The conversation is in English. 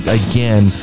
again